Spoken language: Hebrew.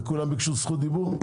וכולם ביקשו זכות דיבור?